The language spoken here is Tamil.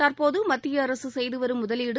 தற்போது மத்திய அரசு செய்துவரும் முதலீடு